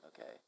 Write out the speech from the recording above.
Okay